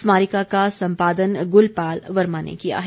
स्मारिका का सम्पादन गुलपाल वर्मा ने किया है